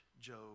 Job